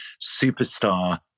superstar